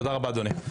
תודה רבה, אדוני.